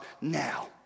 Now